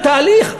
תהליך,